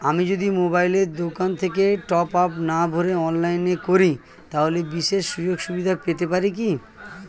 আমি যদি মোবাইলের দোকান থেকে টপআপ না ভরে অনলাইনে করি তাহলে বিশেষ সুযোগসুবিধা পেতে পারি কি?